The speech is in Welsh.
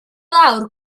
lawr